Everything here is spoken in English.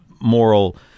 moral